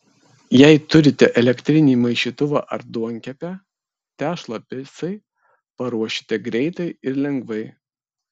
jei turite elektrinį maišytuvą ar duonkepę tešlą picai paruošite greitai ir lengvai